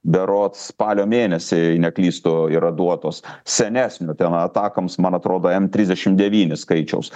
berods spalio mėnesį jei neklystu yra duotos senesnio ten atakoms man atrodo n trisdešim devyni skaičiaus